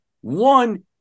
one